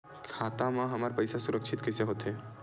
खाता मा हमर पईसा सुरक्षित कइसे हो थे?